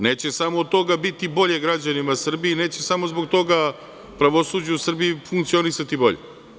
Neće samo od toga biti bolje građanima Srbije i neće samo zbog toga pravosuđe u Srbiji funkcionisati bolje.